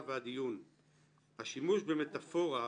וכנראה את החוק הזה השרה רוצה אותו ככרטיס ביקור שלה